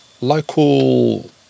Local